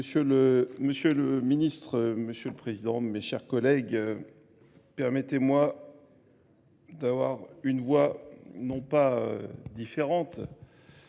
Monsieur le ministre, monsieur le président, mes chers collègues, permettez-moi d'avoir une voix non pas différente,